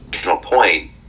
Point